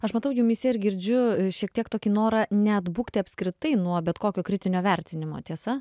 aš matau jumyse ir girdžiu šiek tiek tokį norą neatbukti apskritai nuo bet kokio kritinio vertinimo tiesa